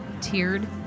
tiered